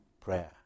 prayer